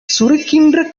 சுரக்கின்ற